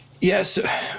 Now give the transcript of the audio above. yes